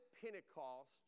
Pentecost